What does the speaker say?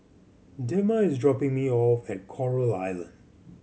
Dema is dropping me off at Coral Island